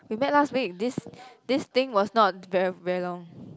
we met last week this this thing was not very very long